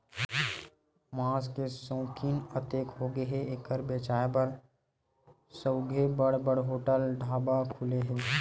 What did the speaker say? मांस के सउकिन अतेक होगे हे के एखर बेचाए बर सउघे बड़ बड़ होटल, ढाबा खुले हे